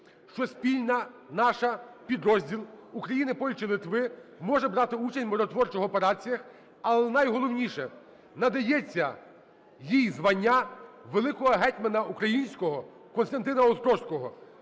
що спільний наш підрозділ України, Польщі і Литви може брати участь в миротворчих операціях. Але найголовніше, надається їй звання великого гетьмана українського Костянтина Острозького.